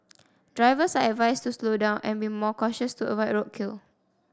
drivers are advised to slow down and be more cautious to avoid roadkill